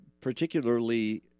particularly